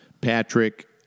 Patrick